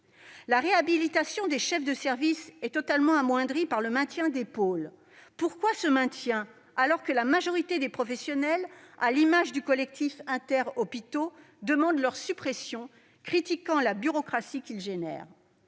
la réhabilitation des chefs de service est totalement amoindrie par le maintien des pôles. Pourquoi ce maintien, alors que la majorité des professionnels, à l'image du collectif interhôpitaux, demandent leur suppression, critiquant la bureaucratie qu'ils engendrent ?